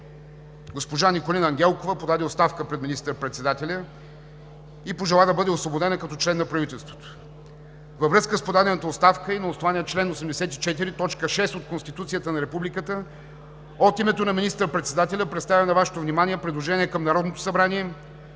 госпожа Николина Ангелкова подаде оставка пред министър-председателя и пожела да бъде освободена като член на правителството. Във връзка с подадената оставка и на основание чл. 84, т. 6 от Конституцията на Републиката от името на министър-председателя представям на Вашето внимание предложение към Народното събрание